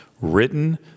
written